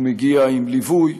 הוא מגיע עם ליווי,